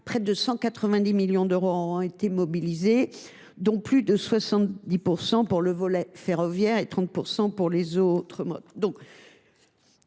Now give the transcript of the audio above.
près de 190 millions d’euros auront été mobilisés, dont plus de 70 % pour le volet ferroviaire et 30 % pour les autres